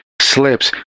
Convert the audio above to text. slips